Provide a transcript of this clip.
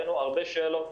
הבאנו הרבה שאלות.